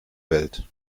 welt